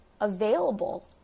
available